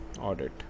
Audit